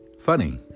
Funny